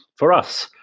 for us,